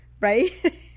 Right